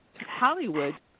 Hollywood